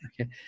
Okay